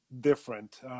different